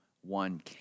One